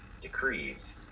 decrees